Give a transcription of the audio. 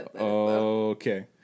Okay